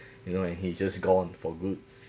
you know and he's just gone for good